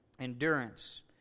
Endurance